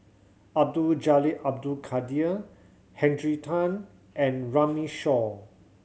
Abdul Jalil Abdul Kadir Henry Tan and Runme Shaw